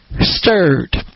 Stirred